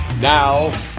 Now